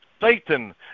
Satan